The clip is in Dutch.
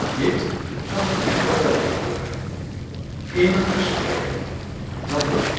dit kan ik echter wel verklaren in een gesprek dat ik